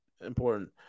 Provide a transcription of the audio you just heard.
important